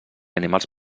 animals